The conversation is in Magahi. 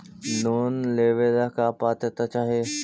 लोन लेवेला का पात्रता चाही?